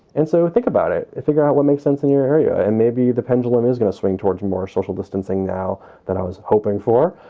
and so think about it and figure out what makes sense in your area. and maybe the pendulum is going to swing towards more social distancing now that i was hoping for.